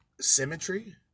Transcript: symmetry